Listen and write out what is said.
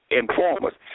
informers